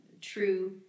true